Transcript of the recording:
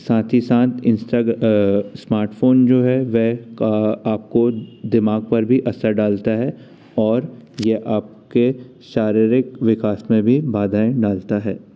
साथ ही साथ इंस्टा स्मार्टफोन जो है वह आपको दिमाग पर भी असर डलता है और यह आपके शारीरिक विकास में भी बाधाएं डालता है